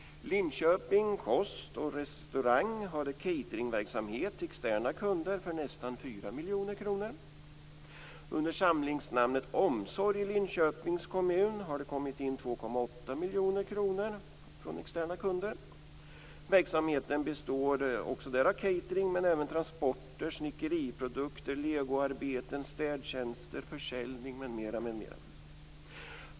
Linköping Kost & Restaurang hade cateringverksamhet till externa kunder för nästan 4 miljoner kronor. Under samlingsnamnet Omsorg i Linköpings kommun har det kommit in 2,8 miljoner kronor från externa kunder. Verksamheten består också där av catering men även av transporter, snickeriprodukter, legoarbeten, städtjänster, försäljning m.m.